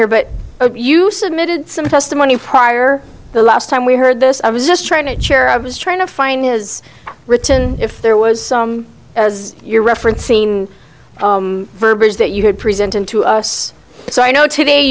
here but you submitted some testimony prior the last time we heard this i was just trying to chair i was trying to find is written if there was some as you're referencing verbiage that you had presented to us so i know today